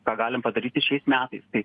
ką galim padaryti šiais metais tai